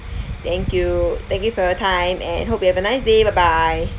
thank you thank you for your time and hope you have a nice day bye bye